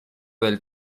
del